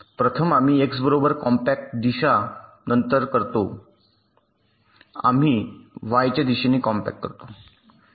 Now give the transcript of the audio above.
प्रथम आम्ही x बरोबर कॉम्पॅक्ट दिशा नंतर करतो आम्ही y च्या दिशेने कॉम्पॅक्ट करतो